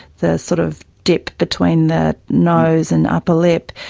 the sort of dip between the nose and upper lip.